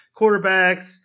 quarterbacks